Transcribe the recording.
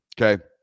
Okay